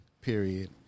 period